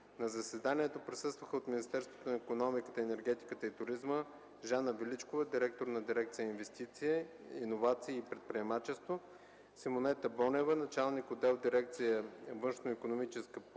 На заседанието присъстваха: от Министерството на икономиката, енергетиката и туризма: Жана Величкова – директор на дирекция “Инвестиции, иновации и предприемачество”, Симонета Бонева – началник отдел в дирекция “Външноикономическа политика”,